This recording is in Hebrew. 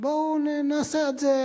בואו נעשה את זה,